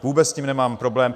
Vůbec s tím nemám problém.